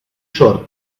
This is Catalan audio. sord